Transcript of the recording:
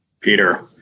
Peter